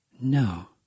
No